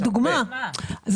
דוגמה.